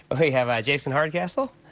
we have ah jason hardcastle.